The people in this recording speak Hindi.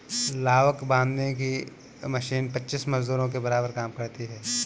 लावक बांधने की मशीन पच्चीस मजदूरों के बराबर काम करती है